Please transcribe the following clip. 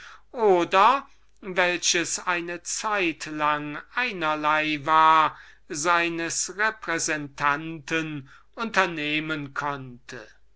oder welches eine zeitlang einerlei war seines repräsentanten zu unternehmen